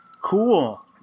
cool